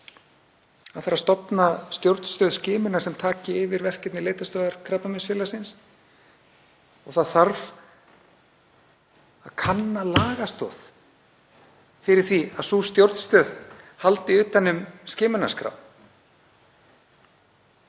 það þurfi að stofna stjórnstöð skimunar sem taki yfir verkefni leitarstöðvar Krabbameinsfélagsins og það þurfi að kanna lagastoð fyrir því að sú stjórnstöð haldi utan um skimunarskrá.